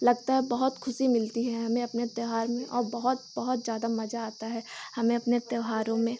लगता है बहुत ख़ुशी मिलती है हमें अपने त्यौहार में और बहुत बहुत ज़्यादा मज़ा आता है हमें अपने त्यौहारों में